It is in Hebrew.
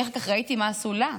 אני אחר כך ראיתי מה עשו לה,